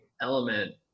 element